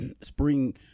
spring